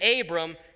Abram